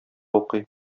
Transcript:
укый